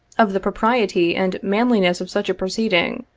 of the propriety and manliness of such a proceeding,